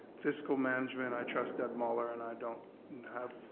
fiscal management, i trust ed mueller and i don't have,